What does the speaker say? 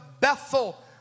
Bethel